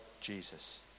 Jesus